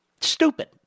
Stupid